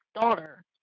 daughter